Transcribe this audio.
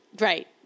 Right